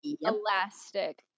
elastic